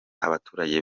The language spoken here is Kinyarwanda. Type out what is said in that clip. abaturage